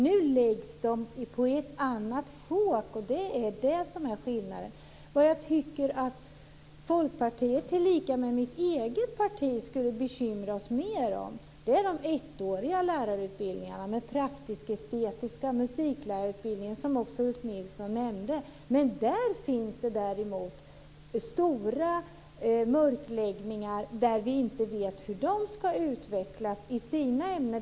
Nu läggs de i ett annat sjok, och det är det som är skillnaden. Vad jag tycker att Folkpartiet, tillika med mitt eget parti, skulle bekymra sig mer över är de ettåriga lärarutbildningarna med praktisk-estetisk inriktning - musiklärarutbildningen - som Ulf Nilsson också nämnde. Men där görs det däremot stora mörkläggningar. Vi vet inte hur de lärarna ska utvecklas inom sina ämnen.